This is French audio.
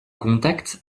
contacts